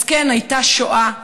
אז כן, הייתה שואה,